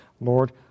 Lord